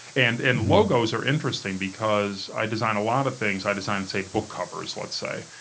and and, logos are interesting because i design a lot of things. i design say, book covers let's say,